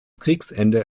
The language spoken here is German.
kriegsende